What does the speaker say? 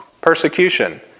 persecution